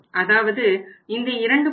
அதாவது இந்த 2